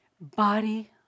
body